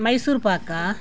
Mysore Pak